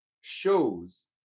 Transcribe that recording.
shows